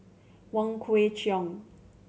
Wong Kwei Cheong